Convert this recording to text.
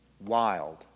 Wild